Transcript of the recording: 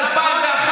תגיד לליברמן,